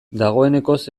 dagoenekoz